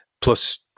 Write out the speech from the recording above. Plus